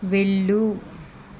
వెళ్ళు